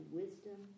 wisdom